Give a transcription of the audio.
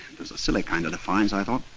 that's a silly kind of defiance i thought.